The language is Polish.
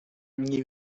mniej